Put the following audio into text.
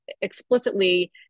explicitly